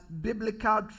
biblical